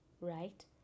right